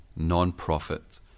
non-profit